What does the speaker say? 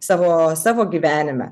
savo savo gyvenime